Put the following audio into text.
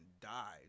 died